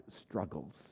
struggles